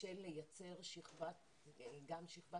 גם שכבת